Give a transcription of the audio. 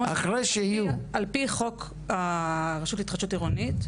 על פי חוק הרשות להתחדשות עירונית,